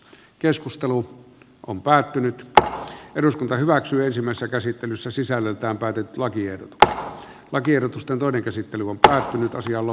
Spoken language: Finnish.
keskustelu on päättynyt taas eduskunta hyväksyy ensimmäistä käsittelyssä sisällöltään päätetlakia mutta lakiehdotusta joiden käsittely on päättynyt ajalla